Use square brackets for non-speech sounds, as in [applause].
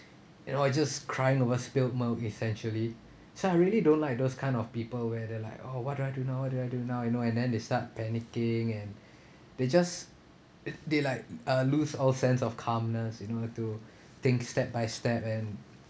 you know I just crying over spilt milk essentially so I really don't like those kind of people where they like oh what do I do now what do I do now you know and then they start panicking and [breath] they just uh they like uh lose all sense of calmness you know to think step by step and